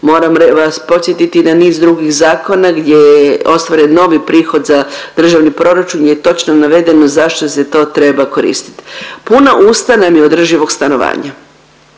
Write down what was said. Moram vas podsjetiti i na niz drugih zakona gdje je ostvaren novi prihod za državni proračun gdje je točno navedeno zašto se to treba koristiti. Puna usta nam je održivog stanovanja.